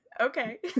Okay